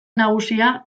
nagusia